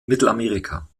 mittelamerika